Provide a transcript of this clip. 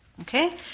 Okay